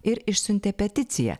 ir išsiuntė peticiją